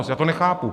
Já to nechápu.